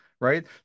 Right